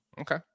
Okay